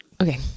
okay